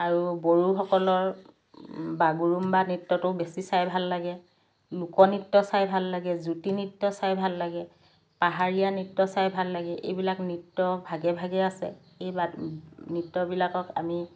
আৰু বড়োসকলৰ বাগৰুম্বা নৃত্যটো বেছি চাই ভাল লাগে লোকনৃত্য চাই ভাল লাগে জ্যোতি নৃত্য চাই ভাল লাগে পাহাৰীয়া নৃত্য চাই ভাল লাগে এইবিলাক নৃত্য ভাগে ভাগে আছে এই নৃত্যবিলাকক আমি